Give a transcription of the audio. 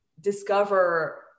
discover